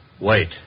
Wait